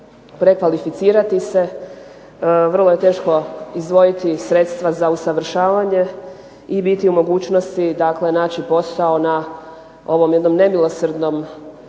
prekvalificirati se, vrlo je teško izdvojiti sredstva za usavršavanje i biti u mogućnosti dakle naći posao na u ovom nemilosrdnom